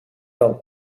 dan